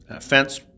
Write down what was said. fence